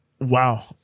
Wow